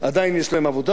עדיין הם יכולים לעבוד.